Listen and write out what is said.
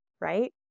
right